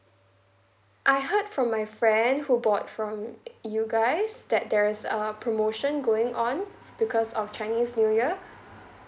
I heard from my friend who bought from you guys that there is a promotion going on because of chinese new year